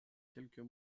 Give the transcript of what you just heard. quelques